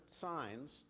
signs